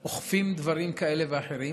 אוכפים דברים כאלה ואחרים,